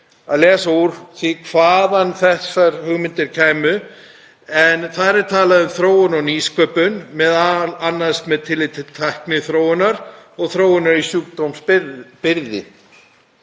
að lesa úr því hvaðan þessar hugmyndir kæmu, talað um þróun og nýsköpun, m.a. með tilliti til tækniþróunar og þróunar í sjúkdómsbyrði.